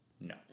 No